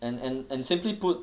and and and simply put